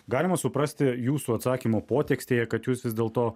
galima suprasti jūsų atsakymo potekstėje kad jūs vis dėlto